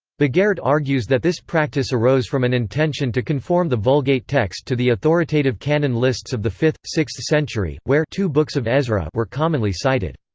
bogaert argues that this practice arose from an intention to conform the vulgate text to the authoritative canon lists of the fifth sixth century, where two books of ezra were commonly cited.